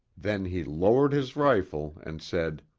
then he lowered his rifle and said,